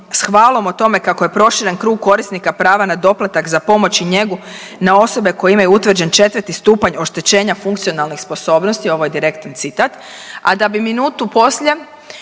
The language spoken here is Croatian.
s hvalom o tome kako je proširen krug korisnika prava na doplatak za pomoć i njegu na osobe koje imaju utvrđen 4. Stupanj oštećenja funkcionalnih sposobnosti, ovo je direktan citat,